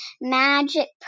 magic